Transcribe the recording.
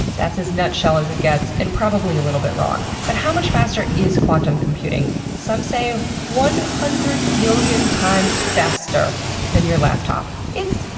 that's as nutshell as it gets, and probably a little bit wrong. but how much faster is quantum computing? some say one hundred million times faster than your laptop. it's.